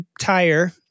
tire